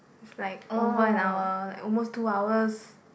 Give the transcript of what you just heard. is like over an hour like almost two hours